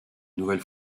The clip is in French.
nouvelle